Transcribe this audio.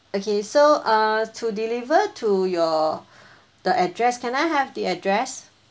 okay so err to deliver to your the address can I have the address